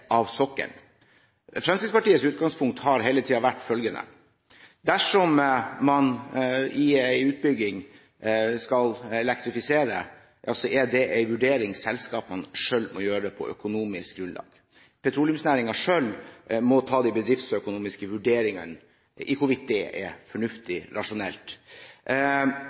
av sokkelen. Fremskrittspartiets utgangspunkt har hele tiden vært følgende: Dersom man i en utbygging skal elektrifisere, er det en vurdering selskapene selv må gjøre på økonomisk grunnlag. Petroleumsnæringen selv må ta de bedriftsøkonomiske vurderingene av hvorvidt det er fornuftig, rasjonelt.